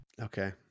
Okay